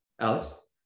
Alex